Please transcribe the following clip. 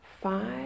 five